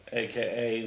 aka